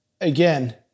again